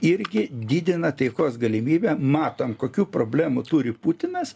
irgi didina taikos galimybę matom kokių problemų turi putinas